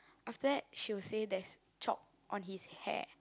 after that she will say there's chalk on his hair